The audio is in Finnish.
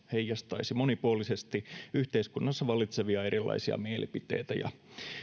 heijastaisi monipuolisesti yhteiskunnassa vallitsevia erilaisia mielipiteitä ja